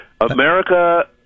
America